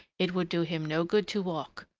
it would do him no good to walk,